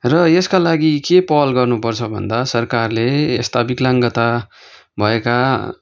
र यसका लागि के पहल गर्नुपर्छ भन्दा सरकारले यस्ता विकलाङ्गता भएका